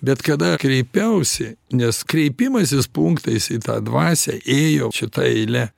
bet kada kreipiausi nes kreipimasis punktais į tą dvasią ėjo šita eile